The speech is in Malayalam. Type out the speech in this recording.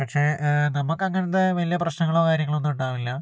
പക്ഷെ നമുക്കങ്ങനത്തെ വലിയ പ്രശനങ്ങളോ കാര്യങ്ങളോ ഒന്നും ഉണ്ടാവില്ല